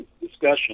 discussion